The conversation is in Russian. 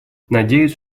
надеюсь